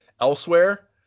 elsewhere